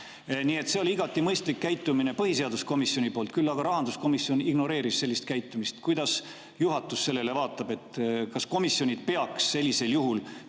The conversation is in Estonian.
Nii et see oli igati mõistlik käitumine põhiseaduskomisjoni poolt. Küll aga rahanduskomisjon ignoreeris sellist käitumist. Kuidas juhatus sellele vaatab? Kas komisjonid peaks sellisel juhul